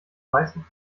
meisten